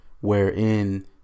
wherein